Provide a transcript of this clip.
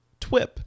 TWIP